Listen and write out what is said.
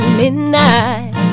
midnight